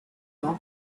soft